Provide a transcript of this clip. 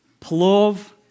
Plov